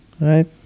right